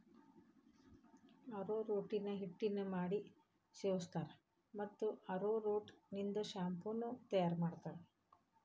arrowroot ನ ಹಿಟ್ಟ ಮಾಡಿ ಸೇವಸ್ತಾರ, ಮತ್ತ ಅರೋರೂಟ್ ನಿಂದ ಶಾಂಪೂ ನು ತಯಾರ್ ಮಾಡ್ತಾರ